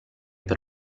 per